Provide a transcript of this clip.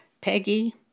Peggy